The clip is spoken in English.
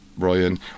Ryan